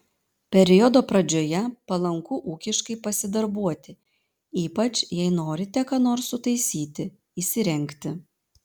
periodo pradžioje palanku ūkiškai pasidarbuoti ypač jei norite ką nors sutaisyti įsirengti